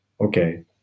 okay